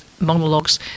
Monologues